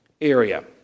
area